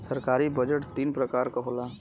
सरकारी बजट तीन परकार के होला